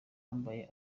yambaye